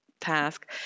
task